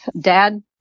Dad